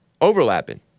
overlapping